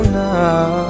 now